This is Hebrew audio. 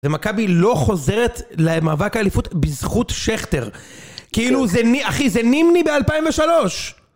ומכבי לא חוזרת למאבק האליפות בזכות שכטר. כאילו זה נ... אחי, זה נימני ב-2003!